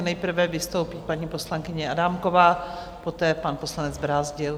Nejprve vystoupí paní poslankyně Adámková, poté pan poslanec Brázdil.